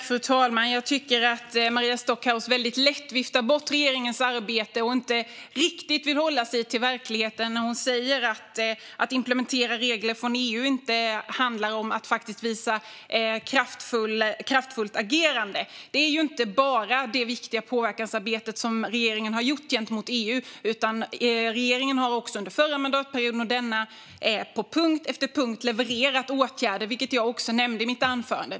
Fru talman! Jag tycker att Maria Stockhaus väldigt lätt viftar bort regeringens arbete och inte riktigt vill hålla sig till verkligheten när hon säger att implementering av regler från EU inte handlar om att agera kraftfullt. Regeringen har inte bara gjort ett viktigt påverkansarbete gentemot EU, utan regeringen har också under förra mandatperioden och denna på punkt efter punkt levererat åtgärder, vilket jag också nämnde i mitt anförande.